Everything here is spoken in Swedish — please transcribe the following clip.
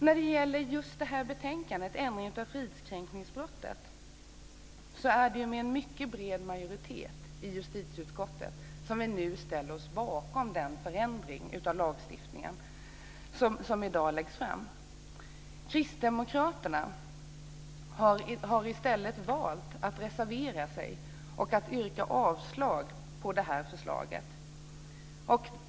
När det gäller just detta betänkande om ändring av fridskränkningsbrotten är det med en mycket bred majoritet som vi i justitieutskottet nu ställer oss bakom den förändring av lagstiftningen som i dag föreslås. Kristdemokraterna har i stället valt att reservera sig och att yrka avslag på förslaget.